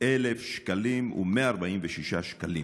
"707,146 שקלים.